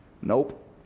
Nope